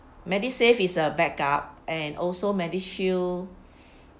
MediSave is a backup and also MediShield